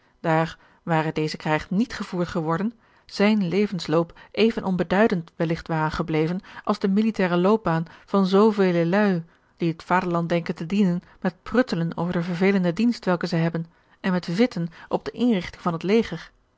daar ware deze krijg niet gevoerd geworden zijn levensloop even onbeduidend welligt ware gebleven als de militaire loopbaan van zoovele lui die het vaderland denken te dienen met pruttelen over de vervelende dienst welke zij hebben en met vitten op de inrigting van het leger